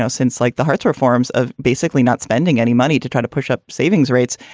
ah since like the hartz reforms of basically not spending any money to try to push up savings rates,